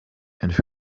and